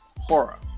horror